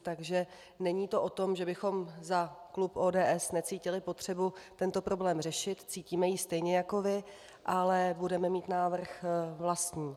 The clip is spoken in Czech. Takže to není o tom, že bychom za klub ODS necítili potřebu tento problém řešit, cítíme ji stejně jako vy, ale budeme mít návrh vlastní.